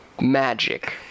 Magic